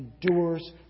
endures